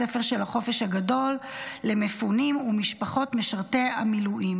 של החופש הגדול למפונים ומשפחות משרתי מילואים,